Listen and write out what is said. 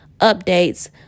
updates